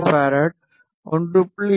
F 1